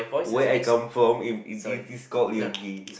where I come from in in this called